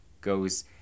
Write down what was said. goes